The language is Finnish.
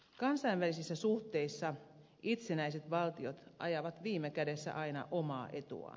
kansainvälisissä suhteissa itsenäiset valtiot ajavat viime kädessä aina omaa etuaan